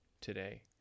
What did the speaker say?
today